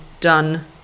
done